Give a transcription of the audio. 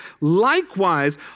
Likewise